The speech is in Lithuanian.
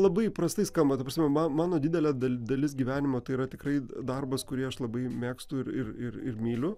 labai prastai skamba ta prasme ma mano didelė da dalis gyvenimo tai yra tikrai darbas kurį aš labai mėgstu ir ir ir myliu